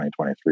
2023